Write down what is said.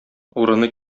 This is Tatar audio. урыны